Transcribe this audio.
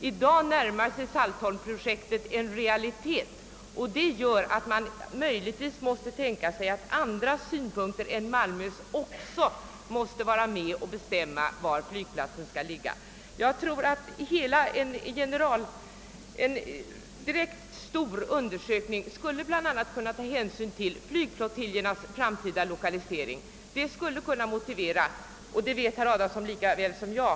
I dag håller Saltholm-projektet på att bli en realitet, och det gör att man måste ta hänsyn även till andra synpunkter än Malmös när man bestämmer var flygplatsen skall ligga. En undersökning måste bl.a. göras beträffande flygflottiljernas framtida lokalisering, det vet herr Adamsson lika väl som jag.